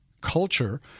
culture